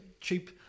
cheap